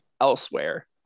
elsewhere